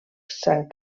sant